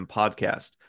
podcast